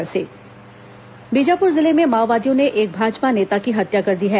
माओवादी हत्या बीजापुर जिले में माओवादियों ने एक भाजपा नेता की हत्या कर दी हैं